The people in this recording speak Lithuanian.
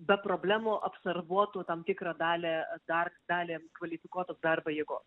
be problemų absorbuotų tam tikrą dalį dar dalį kvalifikuotos darbo jėgos